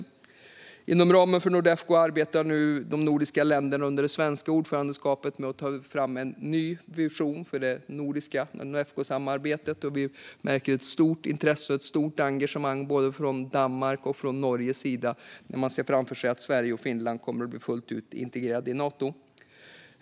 Inom ramen för Nordefco arbetar nu de nordiska länderna under det svenska ordförandeskapet med att ta fram en ny vision för samarbetet. Vi märker ett stort intresse och stort engagemang från både Danmark och Norge när de ser framför sig att Sverige och Finland kommer att bli fullt ut integrerade i Nato.